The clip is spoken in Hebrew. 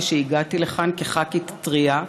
כשהגעתי לכאן כח"כית טרייה,